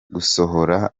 gusohora